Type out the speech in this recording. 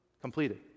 Completed